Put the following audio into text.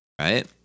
Right